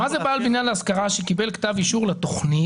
מה זה "בעל בניין להשכרה שקיבל כתב אישור לתכנית